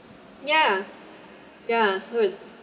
ya ya so it's